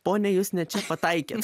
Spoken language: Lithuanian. ponia jūs ne čia pataikėt